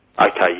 Okay